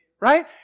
right